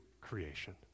creation